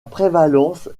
prévalence